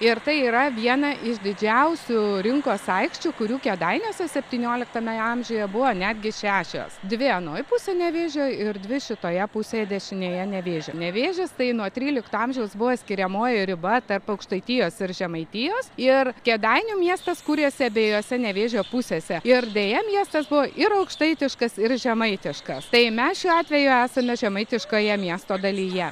ir tai yra viena iš didžiausių rinkos aikščių kurių kėdainiuose septynioliktame amžiuje buvo netgi šešios dvi anoj pusėj nevėžio ir dvi šitoje pusėje dešinėje nevėžio nevėžis tai nuo trylikto amžiaus buvo skiriamoji riba tarp aukštaitijos ir žemaitijos ir kėdainių miestas kūrėsi abiejose nevėžio pusėse ir deja miestas buvo ir aukštaitiškas ir žemaitiškas tai mes šiuo atveju esame žemaitiškoje miesto dalyje